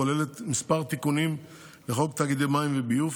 כוללת כמה תיקונים לחוק תאגידי מים וביוב,